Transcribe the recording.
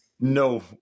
No